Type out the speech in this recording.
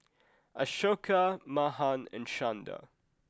Ashoka Mahan and Chanda